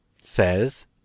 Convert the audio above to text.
says